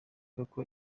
koko